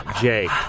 Jake